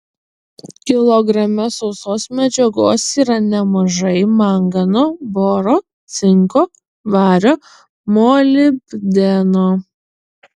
kilograme sausos medžiagos yra nemažai mangano boro cinko vario molibdeno